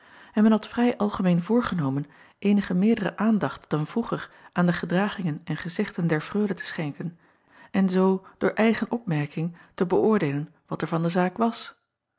en men had vrij algemeen voorgenomen eenige meerdere aandacht dan vroeger aan de gedragingen en gezegden der reule te schenken en zoo door eigen opmerking te beöordeelen wat er van de zaak was